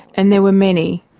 and there were many.